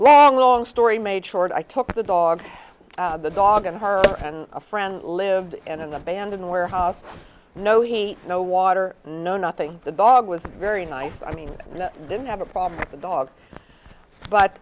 lol long story made short i took the dog the dog and her and a friend lived in an abandoned warehouse no heat no water no nothing the dog was very nice i mean didn't have a problem with the dog but